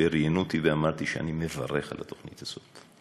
כשראיינו אותי, אמרתי שאני מברך על התוכנית הזאת.